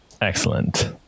Excellent